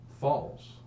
false